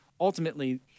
ultimately